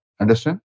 Understand